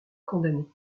condamnée